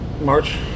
March